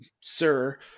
sir